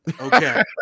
okay